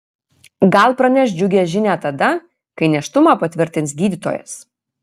gal praneš džiugią žinią tada kai nėštumą patvirtins gydytojas